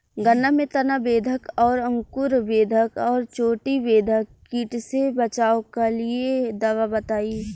गन्ना में तना बेधक और अंकुर बेधक और चोटी बेधक कीट से बचाव कालिए दवा बताई?